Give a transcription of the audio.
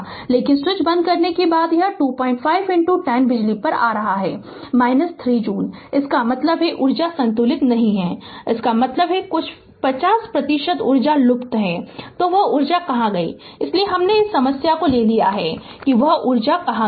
लेकिन स्विच बंद करने के बाद यह 25 10 बिजली पर आ रहा है ३ जूल इसका मतलब है ऊर्जा संतुलन नहीं है इसका मतलब है कि कुछ 50 प्रतिशत ऊर्जा लुप्त है तो वह ऊर्जा कहां गई इसलिए हमने इस समस्या को ले लिया है कि वह ऊर्जा कहां गई है